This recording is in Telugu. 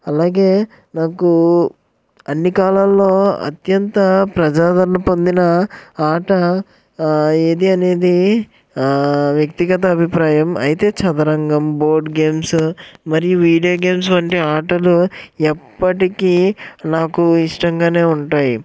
అలాగే నాకు అన్ని కాలాల్లో అత్యంత ప్రజాదరణ పొందిన ఆట ఏది అనేది వ్యక్తిగత అభిప్రాయం అయితే చదరంగం బోర్డ్ గేమ్స్ మరియు వీడియో గేమ్స్ వంటి ఆటలు ఎప్పటికీ నాకు ఇష్టంగానే ఉంటాయి